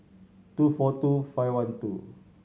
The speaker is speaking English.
two four two five one two